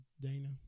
Dana